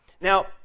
Now